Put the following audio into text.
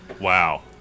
Wow